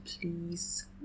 please